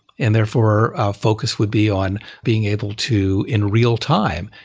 and therefore our focus would be on being able to, in real time,